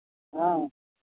हँ